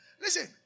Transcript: Listen